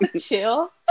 chill